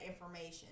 information